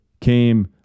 came